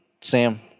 Sam